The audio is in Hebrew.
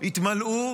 התמלאו